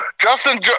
Justin